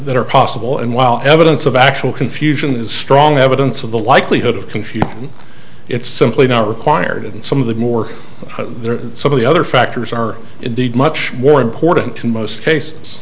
that are possible and while evidence of actual confusion is strong evidence of the likelihood of confusion it's simply not required and some of the more there are some of the other factors are indeed much more important in most cases